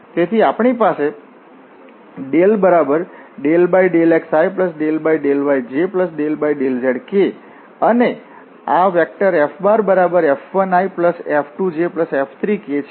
તેથી આપણી પાસે δxiδyjδzk છે અને FF1iF2jF3k છે